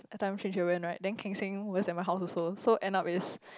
the time change it when right then Keng-Seng who was in my house also so end up is